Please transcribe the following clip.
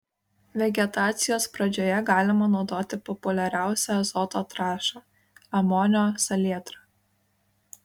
vegetacijos pradžioje galima naudoti populiariausią azoto trąšą amonio salietrą